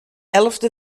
elfde